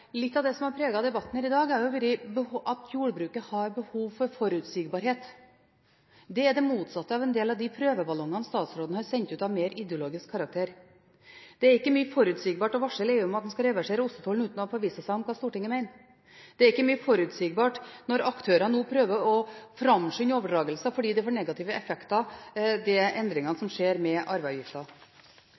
av det som har preget debatten i dag, er det at jordbruket har behov for forutsigbarhet. Det er det motsatte av en del av de prøveballongene av mer ideologisk karakter som statsråden har sendt ut. Det er ikke mye forutsigbarhet i å varsle EU om at en skal reversere ostetollen, uten å ha forvisset seg om hva Stortinget mener. Det er ikke mye forutsigbarhet når aktører nå prøver å framskynde overdragelser fordi endringene i arveavgiften får negative effekter. Næringskomiteen har i innstillingen blitt enig om en rekke spørsmål som